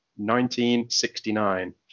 1969